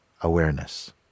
awareness